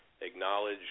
acknowledge